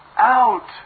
out